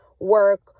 work